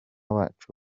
wacu